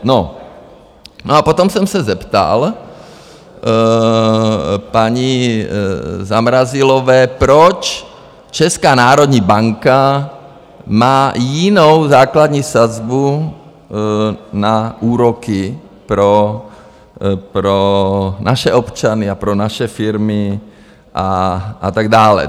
No a potom jsem se zeptal paní Zamrazilové, proč Česká národní banka má jinou základní sazbu na úroky pro naše občany a pro naše firmy a tak dále.